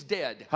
dead